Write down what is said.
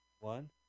one